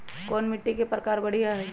कोन मिट्टी के प्रकार बढ़िया हई?